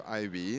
IV